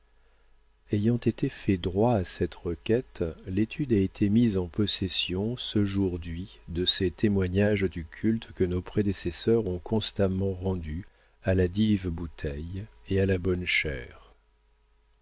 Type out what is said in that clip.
ayant été fait droit à cette requête l'étude a été mise en possession cejourd'hui de ces témoignages du culte que nos prédécesseurs ont constamment rendu à la dive bouteille et à la bonne chère